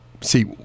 See